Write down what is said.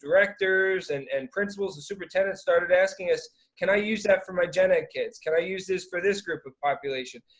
directors and and principals and superintendents started asking us, can i use that for my gen ed kids? can i use this for this group of population?